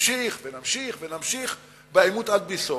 ונמשיך ונמשיך ונמשיך בעימות עד בלי סוף.